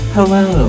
Hello